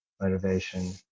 motivation